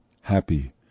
happy